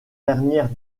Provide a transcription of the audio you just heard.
dernière